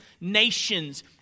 nations